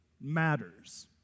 matters